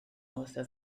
wrtho